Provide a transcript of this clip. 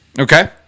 Okay